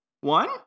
One